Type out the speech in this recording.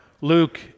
Luke